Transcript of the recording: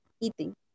eating